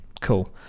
Cool